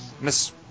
Miss